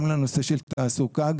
גם לנושא של תעסוקה,